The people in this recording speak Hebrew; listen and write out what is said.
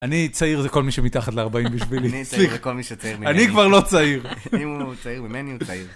אני, צעיר זה כל מי שמתחת לארבעים בשבילי. אני, צעיר זה כל מי שצעיר ממני. אני כבר לא צעיר. אם הוא צעיר ממני, הוא צעיר.